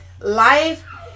life